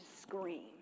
scream